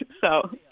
and so.